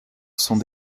sont